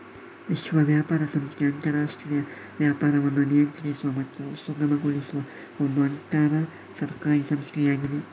ವಿಶ್ವ ವ್ಯಾಪಾರ ಸಂಸ್ಥೆ ಅಂತರಾಷ್ಟ್ರೀಯ ವ್ಯಾಪಾರವನ್ನು ನಿಯಂತ್ರಿಸುವ ಮತ್ತು ಸುಗಮಗೊಳಿಸುವ ಒಂದು ಅಂತರ ಸರ್ಕಾರಿ ಸಂಸ್ಥೆಯಾಗಿದೆ